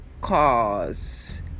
cause